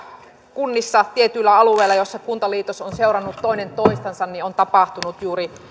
kunnissa tietyillä alueilla joilla kuntaliitos on seurannut toinen toistansa niin on tapahtunut juuri